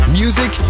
music